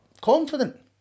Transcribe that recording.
confident